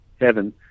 heaven